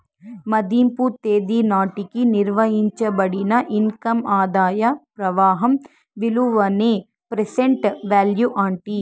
మదింపు తేదీ నాటికి నిర్వయించబడిన ఇన్కమ్ ఆదాయ ప్రవాహం విలువనే ప్రెసెంట్ వాల్యూ అంటీ